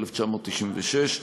אדוני השר,